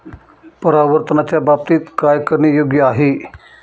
परावर्तनाच्या बाबतीत काय करणे योग्य आहे